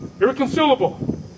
irreconcilable